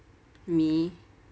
me